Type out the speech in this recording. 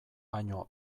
baino